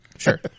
Sure